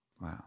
Wow